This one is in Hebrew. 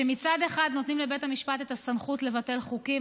שמצד אחד נותנים לבית המשפט את הסמכות לבטל חוקים,